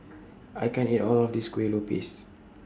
I can't eat All of This Kuih Lopes